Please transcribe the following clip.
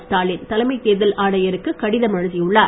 ஸ்டாவின் தலைமைத் தேர்தல் ஆணையருக்கு கடிதம் எழுதி உள்ளார்